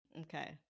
Okay